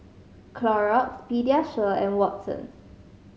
Clorox Pediasure and Watsons